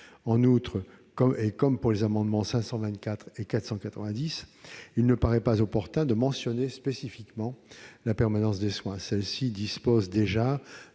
En outre, et comme pour les amendements n 524 rectifié et 490 rectifié, il ne paraît pas opportun de mentionner spécifiquement la permanence des soins : celle-ci dispose déjà